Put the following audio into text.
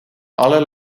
alle